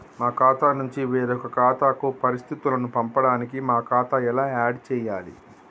మా ఖాతా నుంచి వేరొక ఖాతాకు పరిస్థితులను పంపడానికి మా ఖాతా ఎలా ఆడ్ చేయాలి?